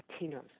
Latinos